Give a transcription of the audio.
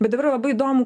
bet dabar labai įdomu